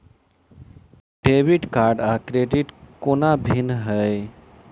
Debit card आ credit कोना भिन्न है?